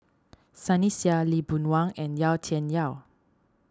Sunny Sia Lee Boon Wang and Yau Tian Yau